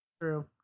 True